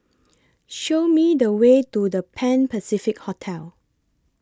Show Me The Way to The Pan Pacific Hotel